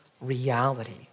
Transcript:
reality